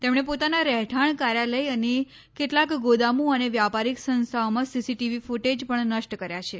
તેમણે પોતાના રહેઠાંણ કાર્યાલય અને કેટલાંક ગોદામો અને વ્યાપારિક સંસ્થાઓમાં સીસીટીવી ફ્ટેજ પણ નષ્ટ કર્યા છે